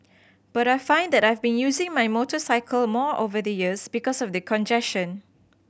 but I find that I've been using my motorcycle more over the years because of the congestion